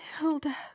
hilda